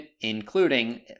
including